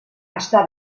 està